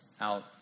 out